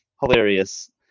hilarious